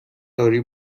داری